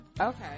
Okay